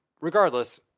Regardless